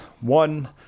one